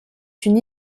une